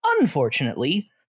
Unfortunately